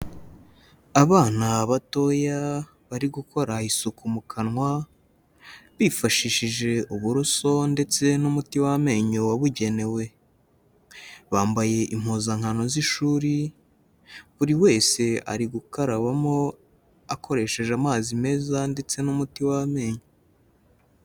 Abana batoya bari gukora isuku mu kanwa, bifashishije uburoso ndetse n'umuti w'amenyo wabugenewe. Bambaye impuzankano z'ishuri, buri wese ari gukarabamo akoresheje amazi meza ndetse n'umuti w'amenyo.